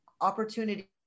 opportunity